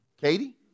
Katie